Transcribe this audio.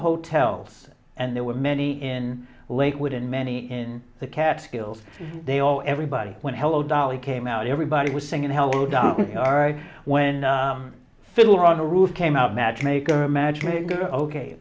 hotels and there were many in lakewood and many in the catskills they all everybody went hello dolly came out everybody was singing hello dolly all right when fiddler on the roof came out matchmaker matchmaker ok